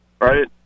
right